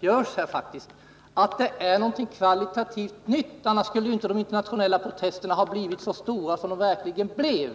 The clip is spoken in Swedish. görs i betänkandet — att det är fråga om något kvalitativt nytt! Annars skulle inte heller de internationella protesterna ha blivit så stora som de blev.